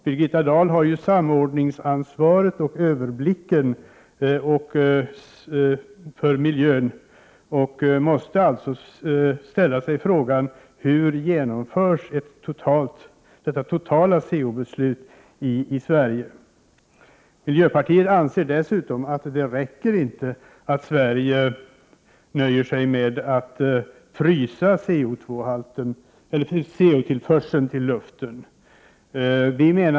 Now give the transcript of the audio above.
Birgitta Dahl har ju samordningsansvaret och överblicken när det gäller miljön och måste alltså ställa sig frågan: Hur genomförs detta totala CO; beslut i Sverige? Miljöpartiet anser dessutom att det inte räcker att Sverige nöjer sig med att frysa CO; tillförseln till luften.